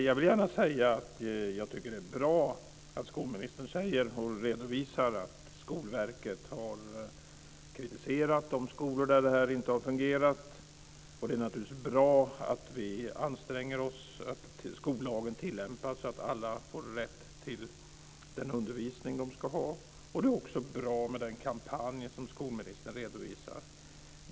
Fru talman! Jag tycker att det är bra att skolministern redovisar att Skolverket har kritiserat de skolor där det inte har fungerat. Det är naturligtvis också bra att vi anstränger oss för att skollagen tillämpas så att alla får rätt till den undervisning de ska ha. Det är också bra med den kampanj som skolministern redovisar.